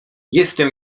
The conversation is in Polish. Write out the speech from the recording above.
jestem